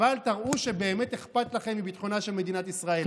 אבל תראו שבאמת אכפת לכם מביטחונה של מדינת ישראל.